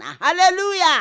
Hallelujah